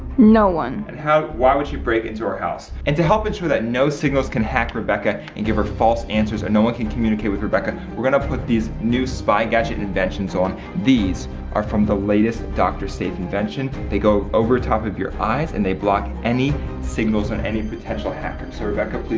no one. and why would she break into our house? and to help ensure that no signals can hack rebecca and give her false answers or no one can communicate with rebecca we're gonna put these new spy gadget inventions on these are from the latest dr safe invention. they go over top of your eyes and they block any signals on any potential hackers so rebecca